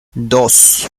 dos